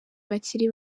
bakiri